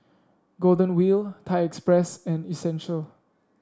Golden Wheel Thai Express and Essential